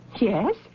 Yes